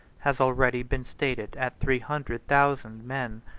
has already been stated at three hundred thousand men.